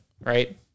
Right